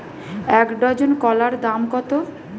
এক ডজন কলার দাম কত?